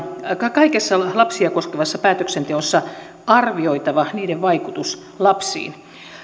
kaikessa lapsia koskevassa päätöksenteossa arvioitava sen vaikutus lapsiin